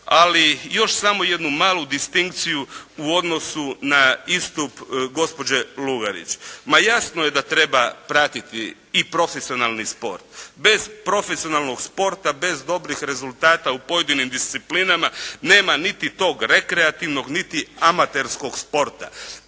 Ali još samo jednu malu distinkciju u odnosu na istup gospođe Lugarić. Ma jasno je da treba pratiti i profesionalni sport. Bez profesionalnog sporta, bez dobrih rezultata u pojedinim disciplinama nema niti tog rekreativnog niti amaterskog sporta.